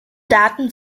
daten